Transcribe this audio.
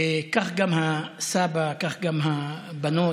וכך גם הסבא, כך גם הבנות.